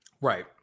right